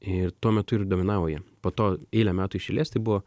ir tuo metu ir dominavo jie po to eilę metų iš eilės tai buvo